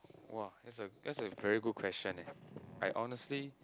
!wow! that's a that's a very good question eh I honestly